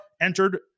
entered